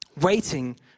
waiting